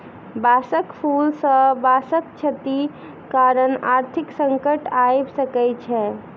बांसक फूल सॅ बांसक क्षति कारण आर्थिक संकट आइब सकै छै